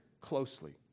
closely